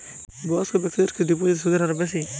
বয়স্ক ব্যেক্তিদের কি ডিপোজিটে সুদের হার বেশি?